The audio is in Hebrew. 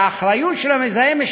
שהאחריות של "המזהם,